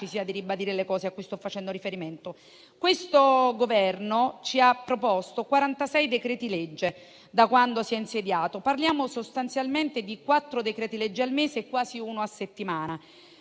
Questo Governo ci ha proposto 46 decreti-legge da quando si è insediato: parliamo sostanzialmente di quattro decreti-legge al mese e quasi uno a settimana.